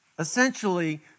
Essentially